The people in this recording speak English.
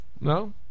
No